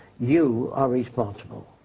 you are responsible.